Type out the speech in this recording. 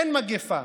אין מגפה,